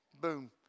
boom